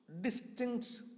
distinct